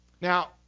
Now